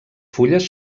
fulles